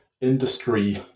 industry